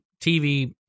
TV